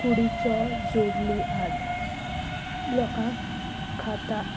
कुडीचो जोडली आट लोकांक खाता